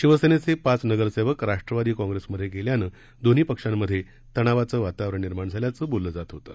शिवसेनेचे पाच नगरसेवक राष्ट्रवादी काँग्रेस पार्टीत गेल्यानं दोन्ही पक्षांमधे तणावाचं वातावरण निर्माण झाल्याचं बोललं जात होतं